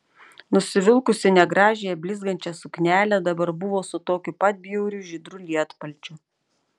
nusivilkusi negražiąją blizgančią suknelę dabar buvo su tokiu pat bjauriu žydru lietpalčiu